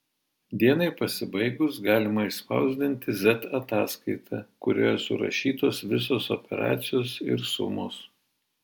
dienai pasibaigus galima išspausdinti z ataskaitą kurioje surašytos visos operacijos ir sumos